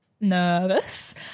nervous